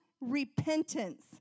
repentance